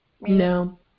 No